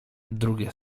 drugie